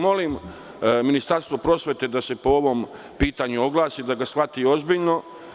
Molim Ministarstvo prosvete da se po ovom pitanju oglasi, da ga shvati ozbiljno.